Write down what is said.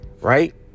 Right